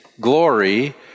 glory